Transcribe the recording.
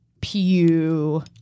Pew